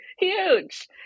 huge